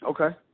okay